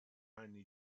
anni